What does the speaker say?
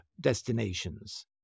destinations